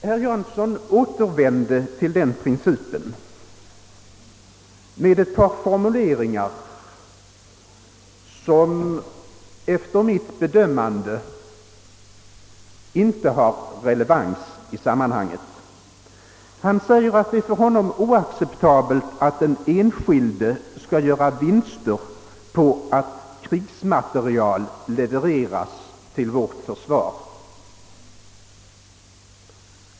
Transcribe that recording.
Herr Jans son återvände till den principen med ett par formuleringar som efter mitt bedömande inte har relevans i sammanhanget. Han säger att det för honom är oacceptabelt att den enskilde skall göra vinster på att krigsmateriel levereras till vårt försvar.